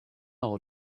how